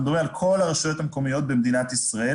אנחנו מדברים על כל הרשויות המקומיות במדינת ישראל,